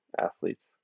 athletes